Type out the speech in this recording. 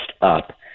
up